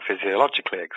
physiologically